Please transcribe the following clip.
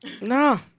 No